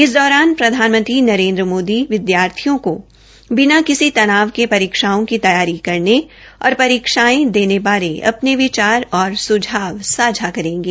इस दौरान प्रधानमंत्री नरेन्द्र मोदी विद्यार्थियों को बिना किसी तनाव के परीक्षाों की तैयारी करने और परीक्षायें देने बारे अपने विचार और सुझाव सांझा करेंगे